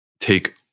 take